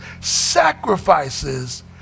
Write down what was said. sacrifices